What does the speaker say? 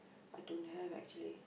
I don't have actually